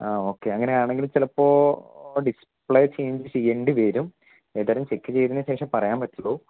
ആ ഓക്കെ അങ്ങനെയാണെങ്കിൽ ചിലപ്പോൾ ഡിസ്പ്ലെ ചെയ്ഞ്ച് ചെയ്യേണ്ടി വരും ഏതായാലും ചെക്ക് ചെയ്തതിന് ശേഷം പറയാൻ പറ്റുള്ളൂ